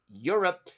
Europe